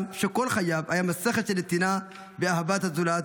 שכל חייו היו מסכת של נתינה ואהבת הזולת,